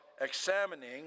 examining